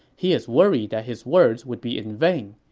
he is worried that his words would be in vain.